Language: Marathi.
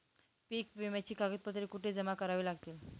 पीक विम्याची कागदपत्रे कुठे जमा करावी लागतील?